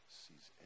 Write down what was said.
sees